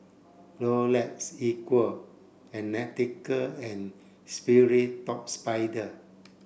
Rolex Equal and Nautica and Sperry Top Sider